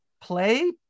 Play